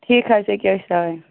ٹھیٖک حظ یہِ کیٛاہ أسۍ آیہِ